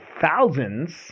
thousands